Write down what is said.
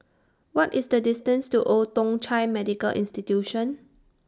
What IS The distance to Old Thong Chai Medical Institution